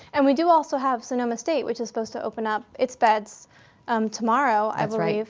and we do also have sonoma state, which is supposed to open up its beds um tomorrow i believe.